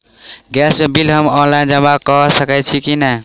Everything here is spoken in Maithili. गैस केँ बिल हम ऑनलाइन जमा कऽ सकैत छी की नै?